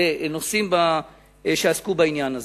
לנושאים שעסקו בעניין הזה.